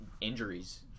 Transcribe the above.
injuries